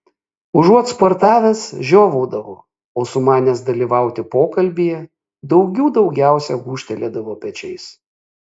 užuot sportavęs žiovaudavo o sumanęs dalyvauti pokalbyje daugių daugiausiai gūžtelėdavo pečiais